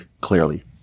clearly